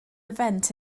event